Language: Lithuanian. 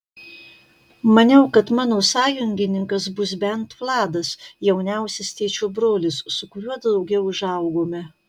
maniau kad mano sąjungininkas bus bent vladas jauniausias tėčio brolis su kuriuo drauge užaugome